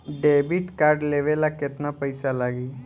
Debit card लेवे ला केतना पईसा लागी?